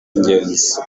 ingenzi